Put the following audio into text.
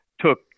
took